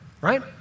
right